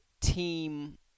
team